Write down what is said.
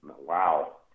Wow